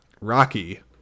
Rocky